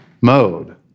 mode